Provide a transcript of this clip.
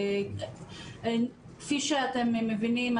כפי שאתם מבינים,